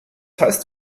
heißt